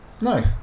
no